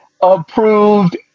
approved